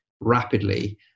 rapidly